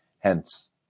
hence